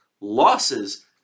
losses